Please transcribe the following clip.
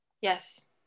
Yes